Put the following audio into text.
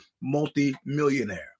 multi-millionaire